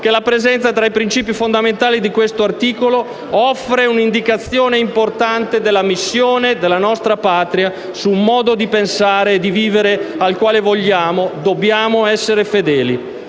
che la presenza tra i principi fondamentali di questo articolo «offre un'indicazione importante sulla "missione" della nostra Patria, su un modo di pensare e di vivere al quale vogliamo, dobbiamo essere fedeli».